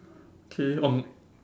okay on